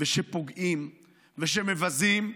שפוגעים ושמבזים.